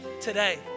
today